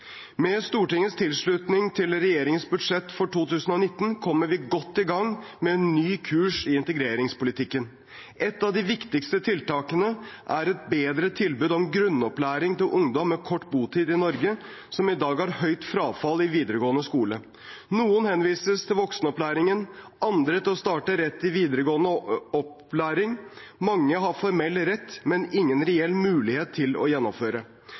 Med Stortingets tilslutning til regjeringens budsjettforslag for 2019 kommer vi godt i gang med en ny kurs i integreringspolitikken. Et av de viktigste tiltakene er et bedre tilbud om grunnopplæring til ungdom med kort botid i Norge, som i dag har høyt frafall fra videregående skole. Noen henvises til voksenopplæringen, andre til å starte rett i videregående opplæring. Mange har en formell rett, men ingen reell mulighet til å gjennomføre.